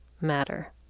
matter